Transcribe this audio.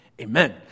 Amen